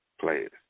players